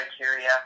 criteria